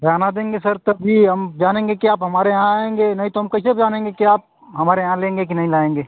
बयाना देंगे सर तभी हम जानेंगे कि आप हमारे यहाँ आएँगे नहीं तो हम कैसे जानेंगे कि आप हमारे यहाँ लेंगे कि नहीं लाएँगे